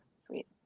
Sweet